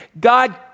God